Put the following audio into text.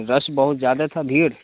رش بہت زیادہ تھا بھیڑ